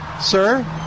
Sir